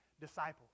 disciples